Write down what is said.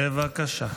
בבקשה,